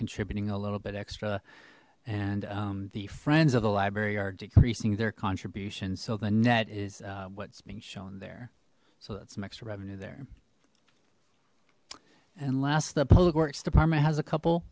contributing a little bit extra and the friends of the library are decreasing their contribution so the net is what's being shown there so that's some extra revenue there and last the public works department has a